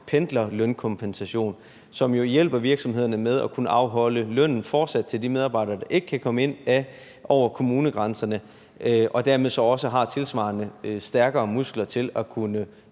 pendlerlønkompensation, som hjælper virksomhederne med fortsat at kunne afholde løn til de medarbejdere, der ikke kan komme ind over kommunegrænserne, og dermed har de også tilsvarende stærkere muskler til at kunne